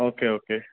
okay okay